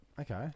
Okay